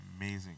amazing